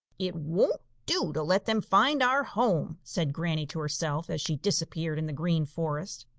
it won't do to let them find our home, said granny to herself, as she disappeared in the green forest.